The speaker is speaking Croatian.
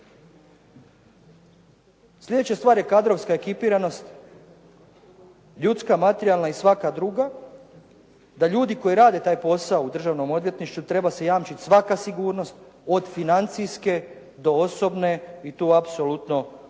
Sljedeća stvar je kadrovska ekipiranost, ljudska, materijalna i svaka druga da ljudi koji rade taj posao u Državnom odvjetništvu treba se jamčiti svaka sigurnost od financijske do osobne i tu apsolutno